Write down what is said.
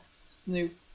snoop